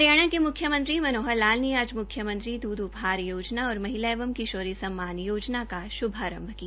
हरियाणा के मुख्यमंत्री श्री मनोहर लाल ने आज मुख्यमंत्री दूध उपहार योजना और महिला एवं किशोरी सम्मान योजना का शुभारंभ किया